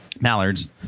mallards